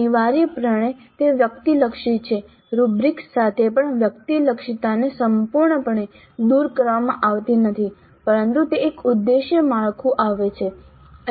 અનિવાર્યપણે તે વ્યક્તિલક્ષી છે રુબ્રિક્સ સાથે પણ વ્યક્તિલક્ષીતાને સંપૂર્ણપણે દૂર કરવામાં આવતી નથી પરંતુ તે એક ઉદ્દેશ્ય માળખું આપે છે